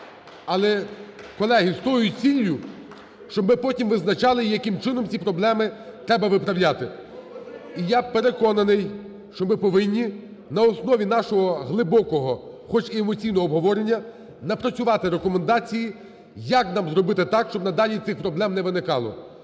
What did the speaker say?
але, колеги, з тою ціллю, щоб ми потім визначали, яким чином ці проблеми треба виправляти. І я переконаний, що ми повинні на основі нашого глибокого, хоч і емоційного обговорення, напрацювати рекомендації, як нам зробити так, щоб надалі цих проблем не виникало.